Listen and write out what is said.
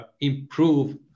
improve